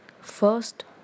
First